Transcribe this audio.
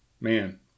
Man